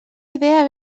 idea